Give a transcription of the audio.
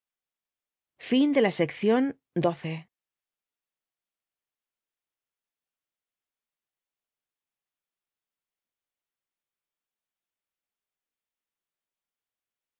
centro de la